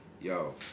yo